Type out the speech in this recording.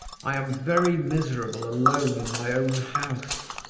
i am very miserable alone in my own house.